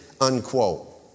unquote